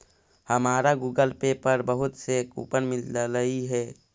हमारा Google Pay पर बहुत से कूपन मिललई हे